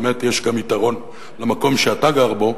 באמת, יש גם יתרון למקום שאתה גר בו,